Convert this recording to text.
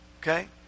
Okay